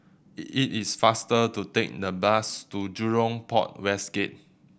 it is faster to take the bus to Jurong Port West Gate